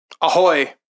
ahoy